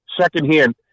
secondhand